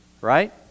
Right